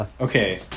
Okay